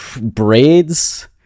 Braids